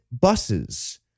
buses